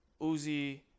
Uzi